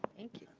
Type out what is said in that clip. thank you.